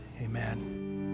Amen